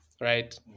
Right